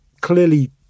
clearly